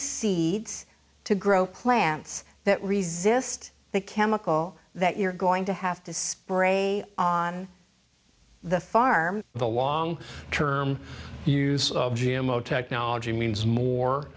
seeds to grow plants that resist the chemical that you're going to have to spray on the farm the long term